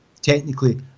technically